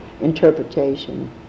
interpretation